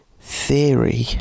theory